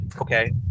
okay